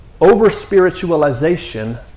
over-spiritualization